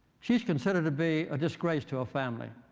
she is considered to be a disgrace to her family.